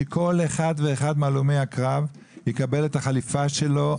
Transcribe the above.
שכל אחד ואחד מהלומי הקרב יקבל את החליפה שלו,